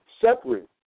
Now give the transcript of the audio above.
separate